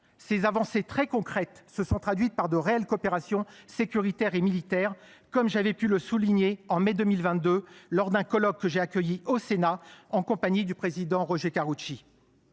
Ces avancées très concrètes se sont traduites par de réelles coopérations sécuritaires et militaires, comme j’avais pu le souligner en mai 2022 lors d’un colloque que j’ai accueilli au Sénat en compagnie du président Roger Karoutchi.